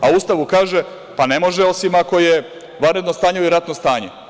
U Ustavu kaže – pa ne može osim ako je vanredno stanje ili ratno stanje.